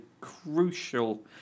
crucial